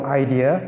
idea